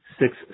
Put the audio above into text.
six